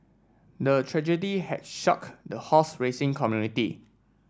the tragedy had shock the horse racing community